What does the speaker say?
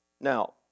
Now